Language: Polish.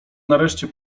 nareszcie